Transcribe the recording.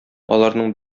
аларның